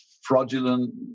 fraudulent